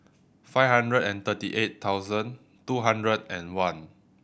five hundred and thirty eight thousand two hundred and one